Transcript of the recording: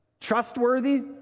trustworthy